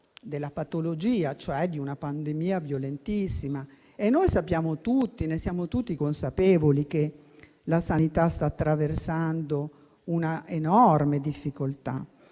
della patologia, cioè di una pandemia violentissima. Sappiamo tutti e siamo consapevoli che la sanità sta attraversando una enorme difficoltà.